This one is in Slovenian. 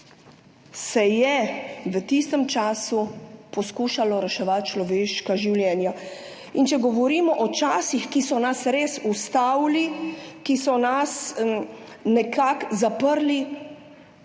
se je v tistem času poskušalo reševati človeška življenja. Če govorimo o časih, ki so nas res ustavili, ki so nas nekako zaprli,